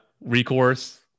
recourse